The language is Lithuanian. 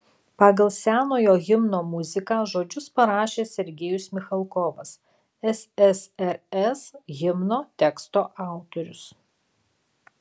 pagal senojo himno muziką žodžius parašė sergejus michalkovas ssrs himno teksto autorius